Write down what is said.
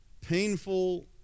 painful